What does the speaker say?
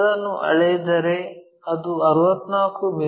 ಅದನ್ನು ಅಳೆಯಿದರೆ ಅದು 64 ಮಿ